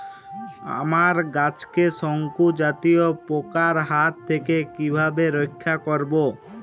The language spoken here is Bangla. আমার গাছকে শঙ্কু জাতীয় পোকার হাত থেকে কিভাবে রক্ষা করব?